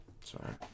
sorry